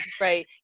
right